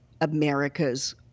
America's